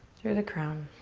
through the crown.